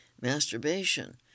Masturbation